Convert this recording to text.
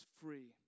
free